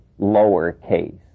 lowercase